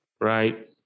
right